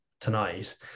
tonight